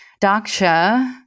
Daksha